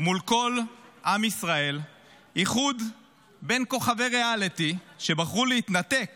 מול כל עם ישראל איחוד בין כוכבי ריאליטי שבחרו להתנתק